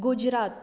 Gujarat